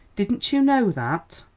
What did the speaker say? didn't you know that?